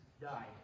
died